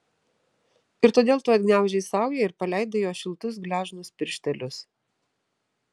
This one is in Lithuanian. ir todėl tu atgniaužei saują ir paleidai jo šiltus gležnus pirštelius